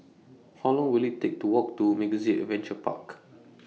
How Long Will IT Take to Walk to MegaZip Adventure Park